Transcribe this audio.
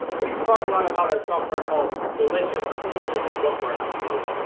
we use to talk a lot about a software called delicious, which was a social bookmarking tool.